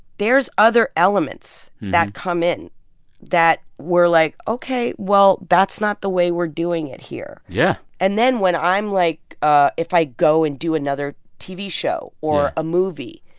there's other elements that come in that we're like, ok, well, that's not the way we're doing it here yeah and then when i'm, like ah if i go and do another tv show or. yeah. a movie,